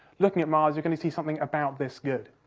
looking at mars, you're going to see something about this good.